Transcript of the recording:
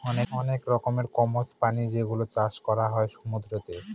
অনেক রকমের কম্বোজ প্রাণী যেগুলোর চাষ করা হয় সমুদ্রতে